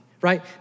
right